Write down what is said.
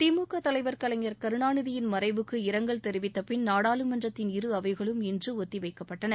திமுக தலைவர் கலைஞர் கருணாநிதியின் மறைவுக்கு இரங்கல் தெரிவித்த பின் நாடாளுமன்றத்தின் இரு அவைகளும் இன்று ஒத்திவைக்கப்பட்டன